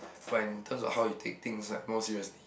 but in terms of how you take things more seriously